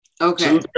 Okay